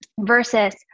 Versus